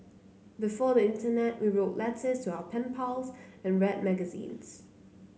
before the internet we wrote letters to our pen pals and read magazines